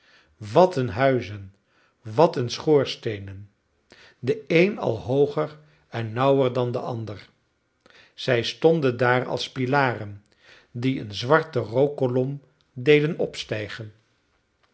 wat een huizen wat een schoorsteenen de een al hooger en nauwer dan de ander zij stonden daar als pilaren die een zwarte rookkolom deden opstijgen